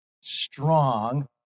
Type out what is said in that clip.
strong